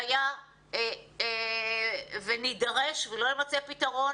והיה ונדרש ולא יימצא פתרון,